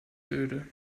öde